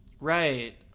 Right